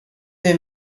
the